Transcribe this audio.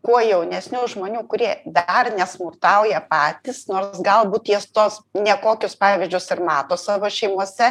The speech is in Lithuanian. kuo jaunesnių žmonių kurie dar nesmurtauja patys nors galbūt jie tuos nekokius pavyzdžius ir mato savo šeimose